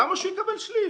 למה שהוא יקבל שליש?